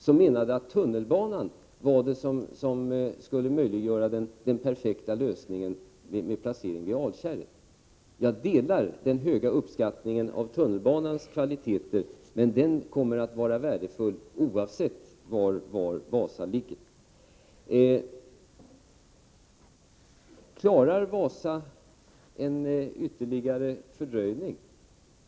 Hon menade att det var tunnelbanan som skulle möjliggöra den perfekta lösningen med placeringen vid Alkärret. Jag instämmer i den höga uppskattningen av tunnelbanans kvaliteter, men den kommer att vara värdefull oavsett var Wasa ligger. Klarar Wasa en ytterligare fördröjning?